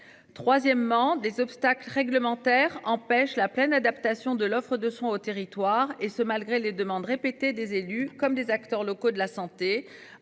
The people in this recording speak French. Troisièmement des obstacles réglementaires empêchent la pleine adaptation de l'offre de soins au territoire, et ce malgré les demandes répétées des élus comme des acteurs locaux de la santé.